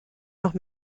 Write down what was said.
noch